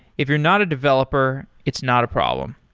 if you're not a developer, it's not a problem.